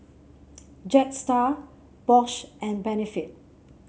Jetstar Bosch and Benefit